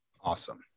Awesome